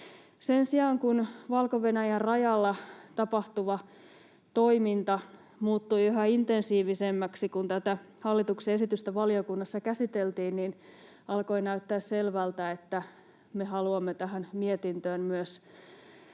Sen sijaan, kun Valko-Venäjän rajalla tapahtuva toiminta muuttui yhä intensiivisemmäksi, kun tätä hallituksen esitystä valiokunnassa käsiteltiin, niin alkoi näyttää selvältä, että me haluamme tähän mietintöön myös